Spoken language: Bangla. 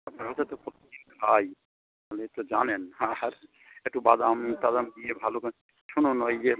আপনার কাছে তো প্রতিদিন খাই আপনি তো জানেন আর একটু বাদাম টাদাম দিয়ে ভালো করে শুনুন ওই যে